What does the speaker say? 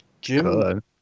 Jim